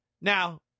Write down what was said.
Now